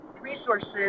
resources